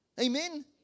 Amen